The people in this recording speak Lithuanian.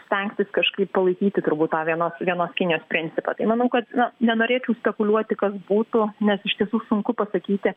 stengtis kažkaip palaikyti turbūt tą vienos vienos kinijos principą tai manau kad nu nenorėčiau spekuliuoti kas būtų nes iš tiesų sunku pasakyti